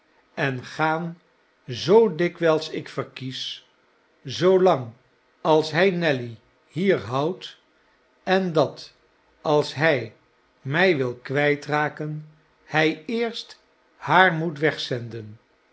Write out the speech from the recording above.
en gaan zoo dikwijls ik verkies zoolang als hij nelly hier houdt en dat als hij mij wilkwijtraken hij eersthaar moet wegzenden